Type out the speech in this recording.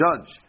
judge